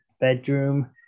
bedroom